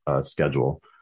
schedule